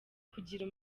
kugira